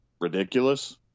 ridiculous